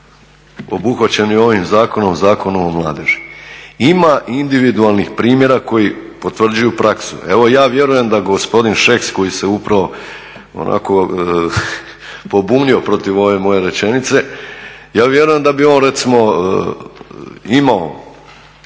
obuhvaćeni ovim zakonom, Zakonom o mladeži? Ima individualnih primjera koji potvrđuju praksu, evo ja vjerujem da gospodin Šeks koji se upravo onako pobunio protiv ove moje rečenice, ja vjerujem da bi on recimo imao